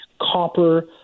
copper